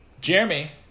Jeremy